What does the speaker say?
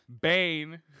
Bane